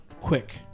Quick